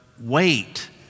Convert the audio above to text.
wait